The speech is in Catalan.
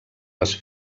les